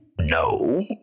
no